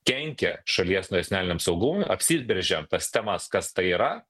kenkia šalies nacionaliniam saugumui apsibrėžiam tas temas kas tai yra